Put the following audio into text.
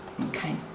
Okay